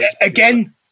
Again